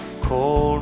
cold